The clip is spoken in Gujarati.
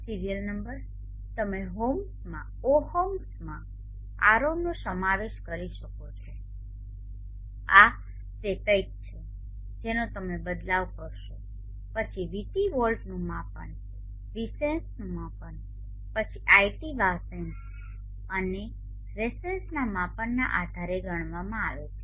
સીરીયલ નંબર તમે ઓહમ્સમાં R0 નો સમાવેશ કરો છો આ તે કંઈક છે જેનો તમે બદલાવ કરશો પછી VT વોલ્ટનું માપન વીસેન્સનું માપન પછી iT વાસેન્સ અને રેસેન્સના માપનના આધારે ગણવામાં આવે છે